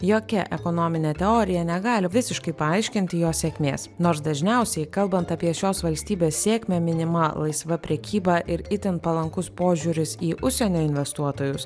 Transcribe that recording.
jokia ekonomine teorija negali visiškai paaiškinti jo sėkmės nors dažniausiai kalbant apie šios valstybės sėkmę minimą laisva prekyba ir itin palankus požiūris į užsienio investuotojus